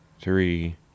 three